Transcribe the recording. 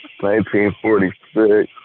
1946